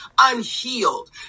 unhealed